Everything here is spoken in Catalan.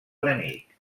enemic